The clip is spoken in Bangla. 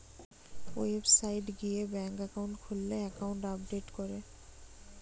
ওয়েবসাইট গিয়ে ব্যাঙ্ক একাউন্ট খুললে একাউন্ট আপডেট করে